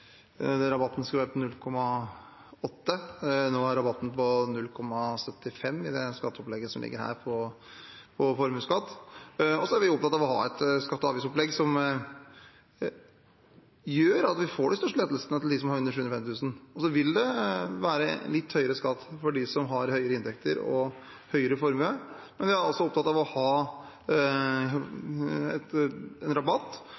er på 0,75 i det skatteopplegget som foreligger nå. Vi er opptatt av å ha et skatte- og avgiftsopplegg som gjør at vi gir de største lettelsene til dem som har under 750 000 kr i inntekt. Så vil det være litt høyere skatt for dem som har høyere inntekter og større formue. Vi er altså opptatt av å ha en rabatt,